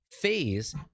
phase